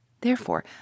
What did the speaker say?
Therefore